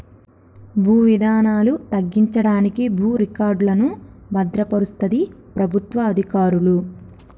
భూ వివాదాలు తగ్గించడానికి భూ రికార్డులను భద్రపరుస్తది ప్రభుత్వ అధికారులు